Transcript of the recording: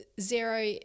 zero